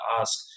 ask